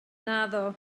naddo